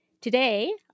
Today